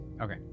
Okay